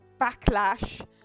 backlash